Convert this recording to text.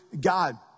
God